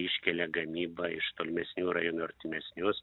iškelia gamybą iš tolimesnių rajonų į artimesnius